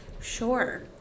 Sure